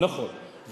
נכון.